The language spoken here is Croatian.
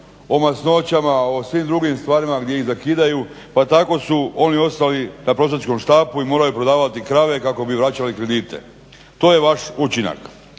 o masnoćama, o svim drugim stvarima gdje ih zakidaju, pa tako su oni ostali na prosjačkom štapu i moraju prodavati krave kako bi vraćali kredite. To je vaš učinak.